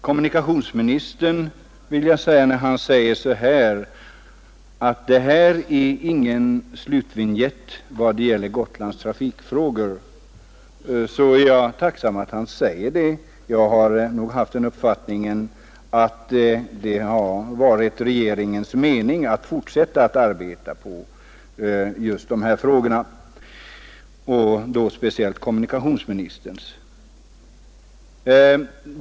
Kommunikationsministern säger att det här inte är någon slutvinjett när det gäller Gotlands trafikfrågor. Jag är ganska nöjd med det kommunikationsministern säger. Jag har nog haft den uppfattningen att det varit regeringens och då speciellt kommunikationsministerns mening att fortsätta att arbeta på just dessa frågor.